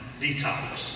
detox